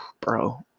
Bro